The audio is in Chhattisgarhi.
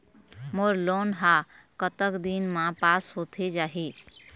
मोर लोन हा कतक दिन मा पास होथे जाही?